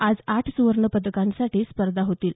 आज आठ सुवर्ण पदकांसाठी स्पर्धा होतील